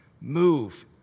move